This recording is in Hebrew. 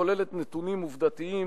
הכוללת נתונים עובדתיים,